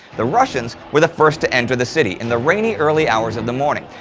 the russians were the first to enter the city in the rainy early hours of the morning,